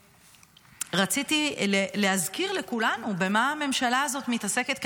ורציתי להזכיר לכולנו במה הממשלה הזאת מתעסקת כעת.